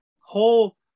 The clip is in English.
whole